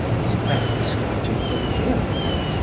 his friends tried to interfere with her,